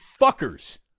fuckers